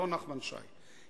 לא נחמן שי,